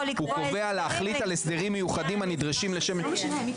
הוא קובע להחליט על הסדרים מיוחדים הנדרשים לשם --- אני אשמח לסיים.